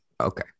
Okay